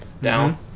down